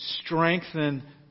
strengthen